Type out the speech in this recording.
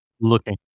looking